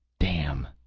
damn!